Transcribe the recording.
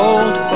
Old